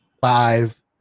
five